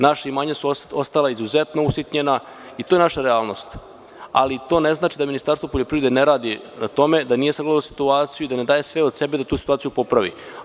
Naša imanja su ostala izuzetno usitnjena i to je naša realnost, ali to ne znači Ministarstvo poljoprivrede ne radi na tome, da nije sagledalo situaciju i da ne daje sve od sebe da tu situaciju popravi.